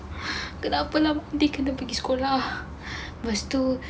kenapa lama kita perlu pergi sekolah lepas tu